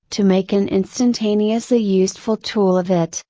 to make an instantaneously useful tool of it,